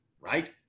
Right